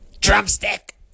Drumstick